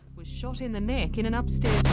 was shot in the neck in an upstairs.